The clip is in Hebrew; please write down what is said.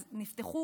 אז נפתחו